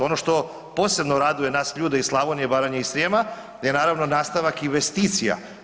Ono što posebno raduje nas ljude iz Slavonije, Baranje i Srijema je naravno nastavak investicija.